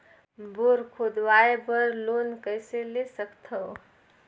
Bore खोदवाय बर loan कइसे ले सकथव?